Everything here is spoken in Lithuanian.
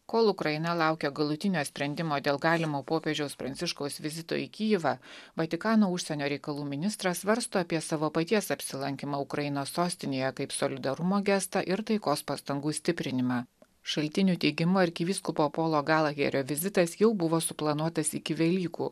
kol ukraina laukia galutinio sprendimo dėl galimo popiežiaus pranciškaus vizito į kijevą vatikano užsienio reikalų ministras svarsto apie savo paties apsilankymą ukrainos sostinėje kaip solidarumo gestą ir taikos pastangų stiprinimą šaltinių teigimu arkivyskupo polo galagerio vizitas jau buvo suplanuotas iki velykų